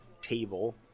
table